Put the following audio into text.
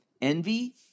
Envy